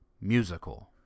musical